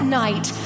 night